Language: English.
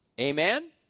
amen